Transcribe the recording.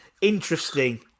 Interesting